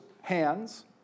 hands